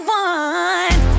one